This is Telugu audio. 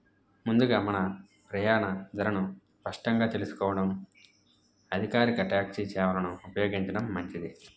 ముందుగా మన ప్రయాణ ధరను స్పష్టంగా తెలుసుకోవడం అధికారిక ట్యాక్సీ చేేవలను ఉపయోగించడం మంచిది